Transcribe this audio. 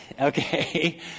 okay